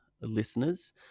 listeners